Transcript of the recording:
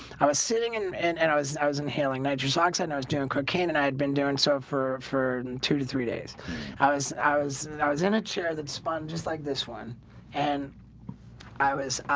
i was sitting in and and i was i was inhaling nitrous oxide i was doing cocaine and i had been doing so for for two to three days i was i was and and i was in a chair that was fun. just like this one and i was